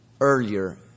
earlier